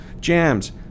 jams